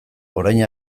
orain